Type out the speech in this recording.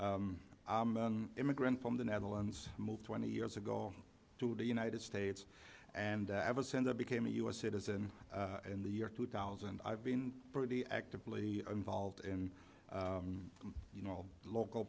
immigrant from the netherlands moved twenty years ago to the united states and ever since i became a u s citizen in the year two thousand i've been pretty actively involved in you know local